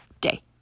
day